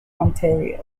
ontario